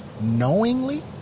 knowingly